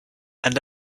and